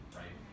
right